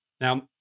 now